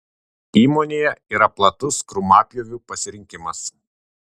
įmonėje yra platus krūmapjovių pasirinkimas